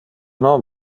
non